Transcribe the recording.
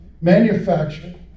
manufactured